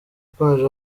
yakomeje